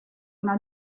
una